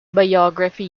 biography